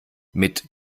mit